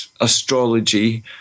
astrology